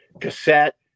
cassette